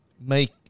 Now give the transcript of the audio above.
make